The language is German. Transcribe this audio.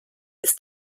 ist